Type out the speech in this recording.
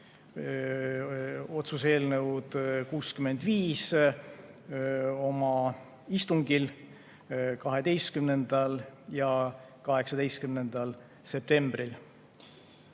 otsuse eelnõu 65 oma istungil 12. ja 18. septembril.